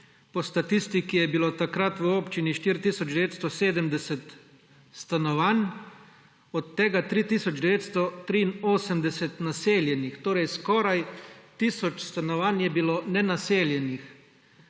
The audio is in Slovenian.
Po statistiki je bilo takrat v občini 4 tisoč 970 stanovanj, od tega 3 tisoč 983 naseljenih, torej skoraj tisoč stanovanj je bilo nenaseljenih.